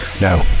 no